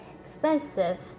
expensive